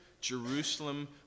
Jerusalem